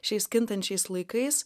šiais kintančiais laikais